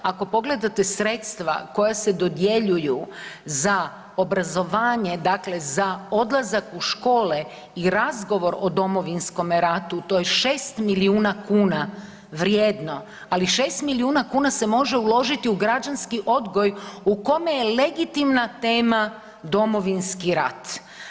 Ako pogledate sredstva koja se dodjeljuju za obrazovanje, dakle za odlazak u škole i razgovor o Domovinskome ratu, to je 6 milijuna kuna vrijedno, ali 6 milijuna kuna se može uložiti u građanski odgoj u kome je legitimna tema Domovinski rat.